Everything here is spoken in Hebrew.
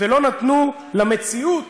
ולא נתנו למציאות